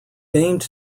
aimed